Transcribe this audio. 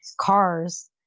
cars